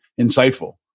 insightful